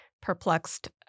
perplexed